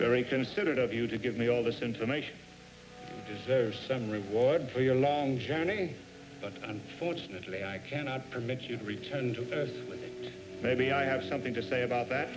very considerate of you to give me all this information is there some reward for your long journey but unfortunately i cannot permit you to return to maybe i have something to say about that